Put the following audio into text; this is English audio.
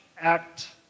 act